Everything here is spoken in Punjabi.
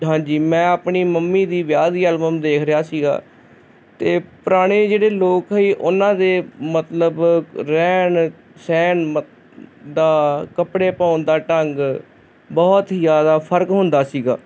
ਹਾਂਜੀ ਮੈਂ ਆਪਣੀ ਮੰਮੀ ਦੀ ਵਿਆਹ ਦੀ ਐਲਬਮ ਦੇਖ ਰਿਹਾ ਸੀਗਾ ਅਤੇ ਪੁਰਾਣੇ ਜਿਹੜੇ ਲੋਕ ਸੀ ਉਹਨਾਂ ਦੇ ਮਤਲਬ ਰਹਿਣ ਸਹਿਣ ਦਾ ਕੱਪੜੇ ਪਾਉਣ ਦਾ ਢੰਗ ਬਹੁਤ ਹੀ ਜ਼ਿਆਦਾ ਫ਼ਰਕ ਹੁੰਦਾ ਸੀਗਾ